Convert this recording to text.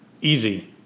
Easy